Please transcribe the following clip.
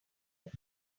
keep